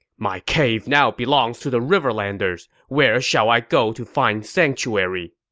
my cave now belongs to the riverlanders. where shall i go to find sanctuary?